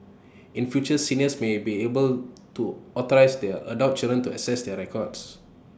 in future seniors may be able to authorise their adult children to access their records